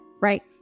right